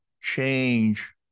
change